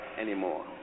anymore